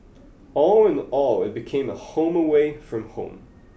all in all it became a home away from home